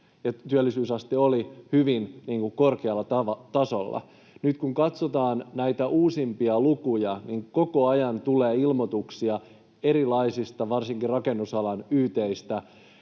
Työllisyysaste oli hyvin korkealla tasolla. Nyt, kun katsotaan näitä uusimpia lukuja, koko ajan tulee ilmoituksia erilaisista, varsinkin rakennusalan yt:istä